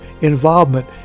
involvement